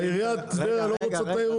עיריית טבריה לא רוצה תיירות?